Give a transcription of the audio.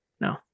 no